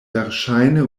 verŝajne